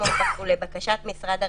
תורידי את המסכה בבקשה.